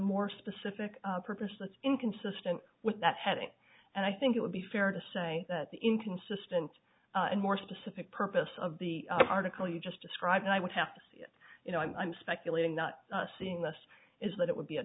more specific purpose that's inconsistent with that heading and i think it would be fair to say that the inconsistent and more specific purpose of the article you just described i would have to you know i'm speculating not seeing this is that it would be a